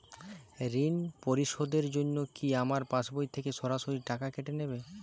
ঋণ পরিশোধের জন্য কি আমার পাশবই থেকে সরাসরি টাকা কেটে নেবে?